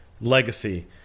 legacy